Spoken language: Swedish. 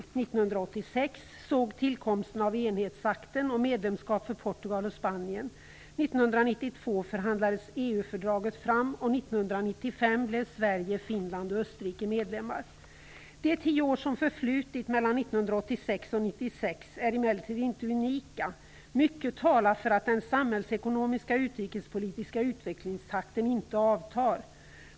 1986 såg tillkomsten av enhetsakten och medlemskap för Portugal och Spanien. 1992 förhandlades EU De tio år som förflutit mellan 1986 och 1996 är emellertid inte unika. Mycket talar för att den samhällsekonomiska utrikespolitiska utvecklingstakten inte avtar.